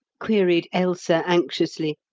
queried ailsa anxiously.